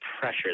pressure